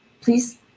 please